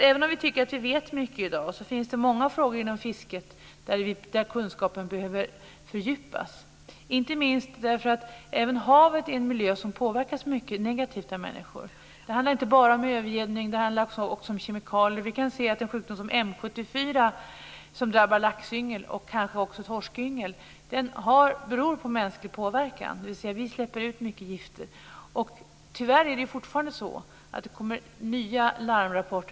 Även om vi tycker att vi vet mycket i dag finns det många frågor inom fisket där kunskapen behöver fördjupas, inte minst därför att även havet är en miljö som påverkas mycket negativt av människor. Det handlar inte bara om övergödning. Det handlar också om kemikalier. Vi kan se att en sjukdom som M 74, som drabbar laxyngel och kanske också torskyngel, beror på mänsklig påverkan, dvs. på att vi släpper ut många gifter. Tyvärr är det fortfarande så att det kommer nya larmrapporter.